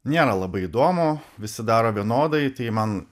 nėra labai įdomu visi daro vienodai tai man